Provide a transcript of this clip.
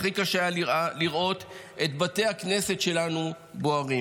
והכי קשה היה לראות את בתי הכנסת שלנו בוערים.